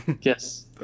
Yes